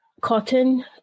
cotton